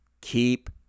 keep